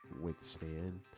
withstand